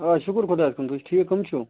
آ شُکُر خۄدایَس کُن تُہۍ چھُ ٹھیٖک کَم چھُو